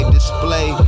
display